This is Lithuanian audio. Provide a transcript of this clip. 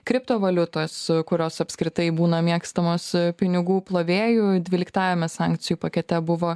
kripto valiutos kurios apskritai būna mėgstamos pinigų plovėjų dvyliktajame sankcijų pakete buvo